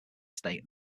state